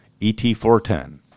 ET410